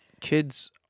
kids